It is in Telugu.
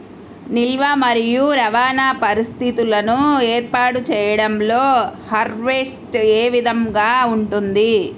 నిల్వ మరియు రవాణా పరిస్థితులను ఏర్పాటు చేయడంలో హార్వెస్ట్ ఏ విధముగా ఉంటుంది?